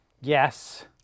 Yes